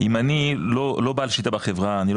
אם אני לא בעל שליטה בחברה אני לא